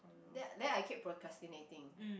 then then I keep procrastinating